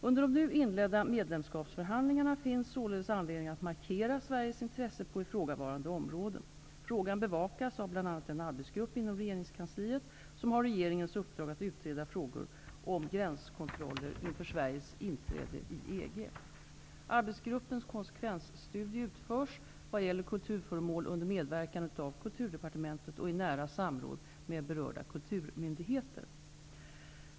Under de nu inledda medlemskapsförhandlingarna finns således anledning att markera Sveriges intressen på ifrågavarande områden. Frågan bevakas av bl.a. den arbetsgrupp inom regeringskansliet som har regeringens uppdrag att utreda frågor om gränskontroller inför Sveriges inträde i EG. Arbetsgruppens konsekvensstudie utförs, vad gäller kulturföremål, under medverkan av Kulturdepartementet och i nära samråd med berörda kulturmyndigheter.